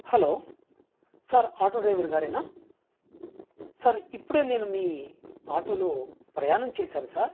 hello sir auto driver గారేనా sir ఇప్పుడే నేను మీ ఆటోలో ప్రయాణం చేసాను సార్